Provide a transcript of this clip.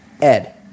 Ed